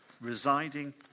residing